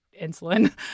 insulin